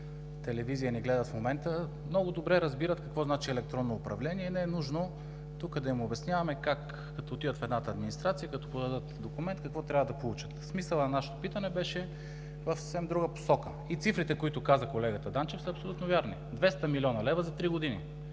телевизия, ни гледат в момента и много добре разбират какво значи „електронно управление“?! Не е нужно тук да им обясняваме като отидат в едната администрация, като подадат документите какво трябва да получат! Смисълът на нашето питане беше в съвсем друга посока. Цифрите, които каза колегата Данчев, са абсолютно верни – 200 млн. лв. за три години!